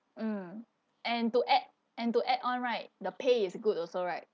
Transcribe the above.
mm and to add and to add on right the pay is good also right